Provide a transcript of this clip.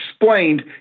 explained